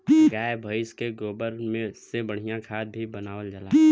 गाय भइस के गोबर से बढ़िया खाद भी बनावल जाला